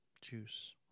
Juice